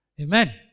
Amen